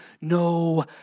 no